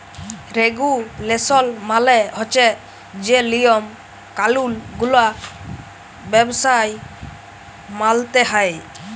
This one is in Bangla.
রেগুলেসল মালে হছে যে লিয়ম কালুল গুলা ব্যবসায় মালতে হ্যয়